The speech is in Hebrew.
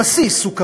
הבסיס הוא,